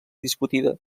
discutida